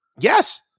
Yes